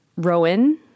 Rowan